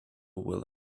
will